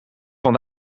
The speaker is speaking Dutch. van